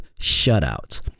shutouts